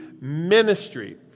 ministry